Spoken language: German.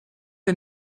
der